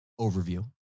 overview